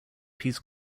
peace